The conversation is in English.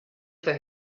for